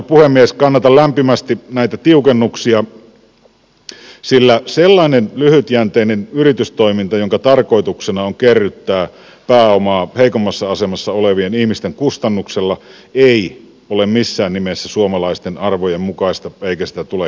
kannatan lämpimästi näitä tiukennuksia sillä sellainen lyhytjänteinen yritystoiminta jonka tarkoituksena on kerryttää pääomaa heikommassa asemassa olevien ihmisten kustannuksella ei ole missään nimessä suomalaisten arvojen mukaista eikä sitä tule hyväksyä